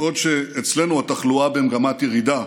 בעוד אצלנו התחלואה במגמת ירידה,